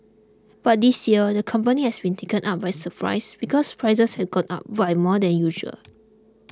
but this year the company has been taken out by surprise because prices have gone up by more than usual